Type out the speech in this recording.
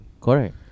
Correct